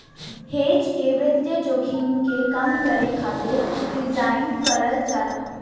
hedge के वित्तीय जोखिम के कम करे खातिर डिज़ाइन करल जाला